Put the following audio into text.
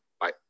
bye